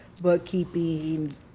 bookkeeping